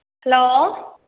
hello